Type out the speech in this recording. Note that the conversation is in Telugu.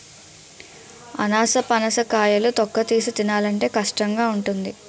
అనాసపనస కాయలు తొక్కతీసి తినాలంటే కష్టంగావుంటాది